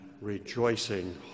rejoicing